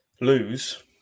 lose